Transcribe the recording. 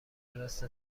راست